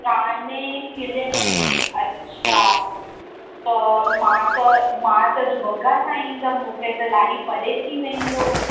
रानी किले में अच्छा त मां त मां त दुबग्गा सां ईंदमि मूंखे त इलाही परे थी वेंदो